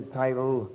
title